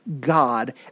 God